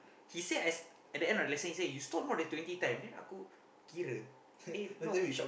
he said I s~ at the end of the lesson you stall more than twenty times then aku kira eh no